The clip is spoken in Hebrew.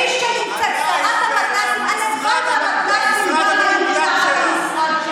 אני מדבר בזלזול עלייך ועל המשרד המדומיין שלך.